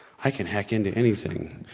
i can hack into anything.